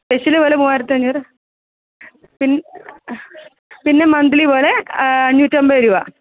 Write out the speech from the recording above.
special ഇതുപോലെ മൂവായിരത്തഞ്ഞൂറ് പിൻ പിന്നെ മന്ത്ലി വേറെ അഞ്ഞൂറ്റൻപത് രൂപ